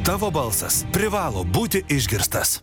tavo balsas privalo būti išgirstas